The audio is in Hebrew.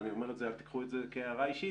ואני אומר את זה ואל תיקחו את זה כהערה אישית,